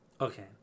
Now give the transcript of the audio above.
okay